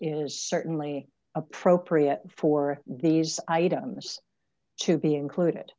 is certainly appropriate for these items to be included